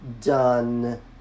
done